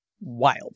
Wild